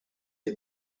est